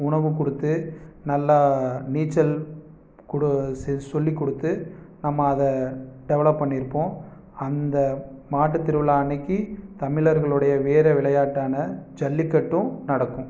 உணவு கொடுத்து நல்லா நீச்சல் கூட சொல்லிக்கொடுத்து நம்ம அதை டெவலப் பண்ணியிருப்போம் அந்த மாட்டுத்திருவிழா அன்னிக்கி தமிழர்களுடைய வீரவிளையாட்டான ஜல்லிக்கட்டும் நடக்கும்